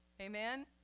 Amen